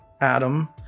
Adam